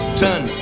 turn